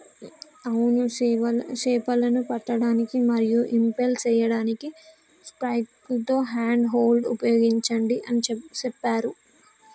అవును సేపలను పట్టడానికి మరియు ఇంపెల్ సేయడానికి స్పైక్లతో హ్యాండ్ హోల్డ్ ఉపయోగించండి అని సెప్పారు